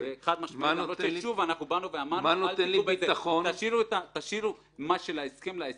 באנו ואמרנו: מה שלהסכם, תשאירו להסכם.